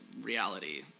reality